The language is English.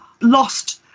lost